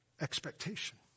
expectation